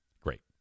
Great